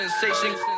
sensation